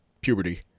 puberty